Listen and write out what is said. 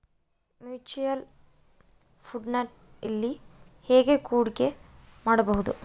Mutual ಫುಣ್ಡ್ನಲ್ಲಿ ಹೇಗೆ ಹೂಡಿಕೆ ಮಾಡುವುದು?